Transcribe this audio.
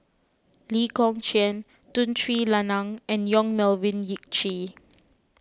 Lee Kong Chian Tun Sri Lanang and Yong Melvin Yik Chye